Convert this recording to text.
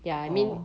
oh